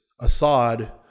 Assad